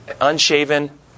unshaven